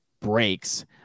breaks